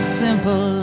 simple